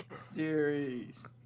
Series